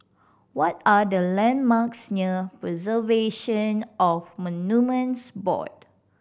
what are the landmarks near Preservation of Monuments Board